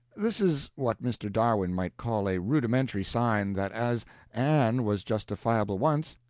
this is what mr. darwin might call a rudimentary sign that as an was justifiable once,